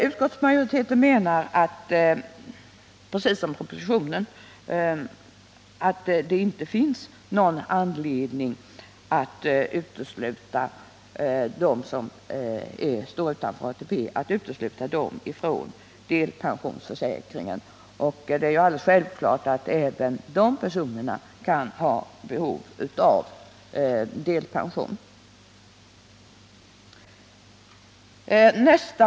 Utskottsmajoriteten anser — och det överensstämmer med förslaget i propositionen — att det inte finns någon anledning att från delpensionsförsäkringen utesluta dem som står utanför ATP. Det är alldeles självklart att även dessa personer kan ha behov av delpension.